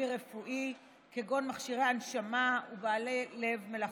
רפואי כגון מכשירי הנשמה ובעלי לב מלאכותי.